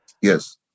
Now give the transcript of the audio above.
Yes